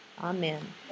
Amen